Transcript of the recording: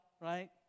right